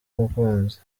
umukunzi